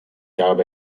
gab